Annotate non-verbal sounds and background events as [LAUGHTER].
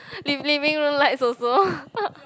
living living room lights also [LAUGHS]